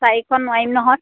চাৰিশ নোৱাৰিম নহয়